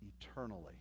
eternally